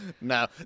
No